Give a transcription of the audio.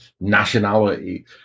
nationality